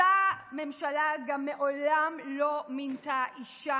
אותה ממשלה גם מעולם לא מינתה אישה